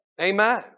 Amen